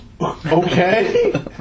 okay